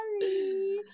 Sorry